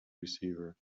receiver